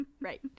Right